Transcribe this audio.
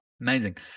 amazing